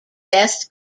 best